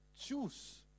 choose